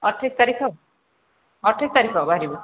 ଅଠେଇଶ ତାରିଖ ଆଉ ଅଠେଇଶ ତାରିଖ ବାହାରିବୁ